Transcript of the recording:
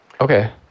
okay